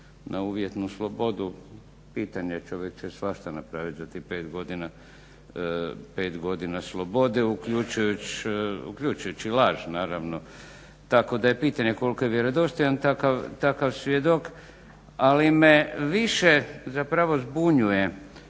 na uvjetnu slobodu pitanje je. Čovjek će svašta napraviti za tih pet godina slobode uključujući i laž naravno. Tako da je pitanje koliko je vjerodostojan takav svjedok. Ali me više zapravo zbunjuje